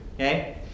okay